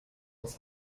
aus